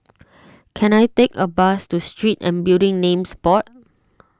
can I take a bus to Street and Building Names Board